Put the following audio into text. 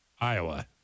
Iowa